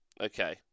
Okay